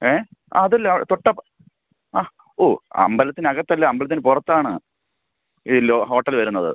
ഏ അതല്ല ആ ഓ അമ്പലത്തിനകത്തല്ല അമ്പലത്തിന് പുറത്താണ് ഈ ഹോട്ടല് വരുന്നത്